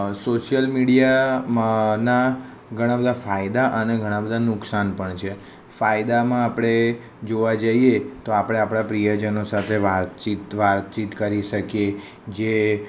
social media માંના ઘણાં બધાં ફાયદા અને ઘણાં બધાં નુકસાન પણ છે ફાયદામાં આપણે જોવા જઈએ તો આપણા પ્રિયજનો સાથે વાતચીત વાતચીત કરી શકીએ જે